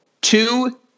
Two